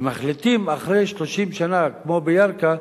ומחליטים, אחרי 30 שנה, כמו בירכא,